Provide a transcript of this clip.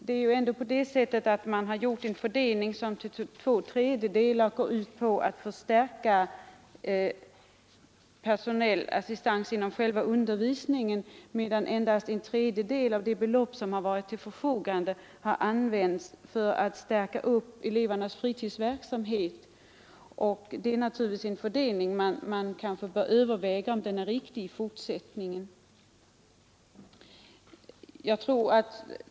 Man har gjort en sådan fördelning att två tredjedelar av pengarna används för förstärkning av de personella resurserna inom själva undervisningen, medan endast en tredjedel av det belopp som stått till förfogande har anvisats till förstärkning av elevernas fritidsverksamhet. Man kanske bör överväga, om denna fördelning är den riktiga i fortsättningen.